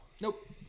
Nope